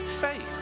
faith